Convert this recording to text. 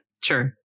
Sure